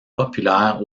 populaire